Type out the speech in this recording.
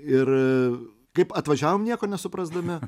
ir kaip atvažiavom nieko nesuprasdami